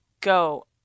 go